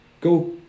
Go